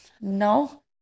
No